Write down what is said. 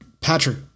Patrick